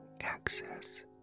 access